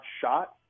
shot